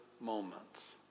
moments